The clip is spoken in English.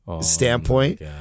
standpoint